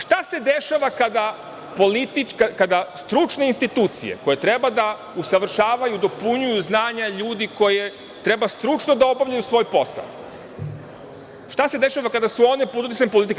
Šta se dešava kada su stručne institucije, koje treba da usavršavaju i dopunjuju znanja ljudi koji treba stručno da obavljaju svoj posao, pod uticajem politike?